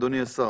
אדוני השר.